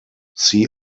see